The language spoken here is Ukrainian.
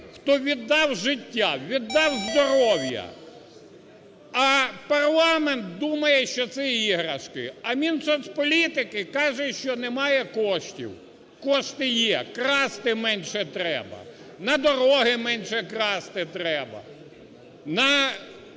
хто віддав життя, віддав здоров'я, а парламент думає, що це іграшки. А Мінсоцполітики каже, що немає коштів. Кошти є, красти менше треба, на дороги менше красти треба, на